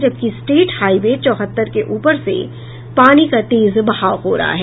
जबकि state highway चौहत्तर के ऊपर से पानी का तेज बहाव हो रहा है